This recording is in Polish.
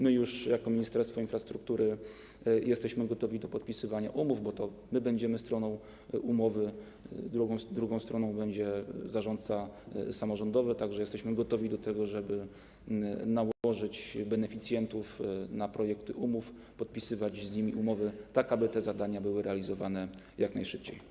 My już jako Ministerstwo Infrastruktury jesteśmy gotowi do podpisywania umów, bo to my będziemy stroną umowy, drugą stroną będzie zarządca samorządowy, tak że jesteśmy gotowi do tego, żeby nałożyć beneficjentów na projekty umów, podpisywać z nimi umowy, tak aby te zadania były realizowane jak najszybciej.